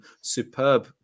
Superb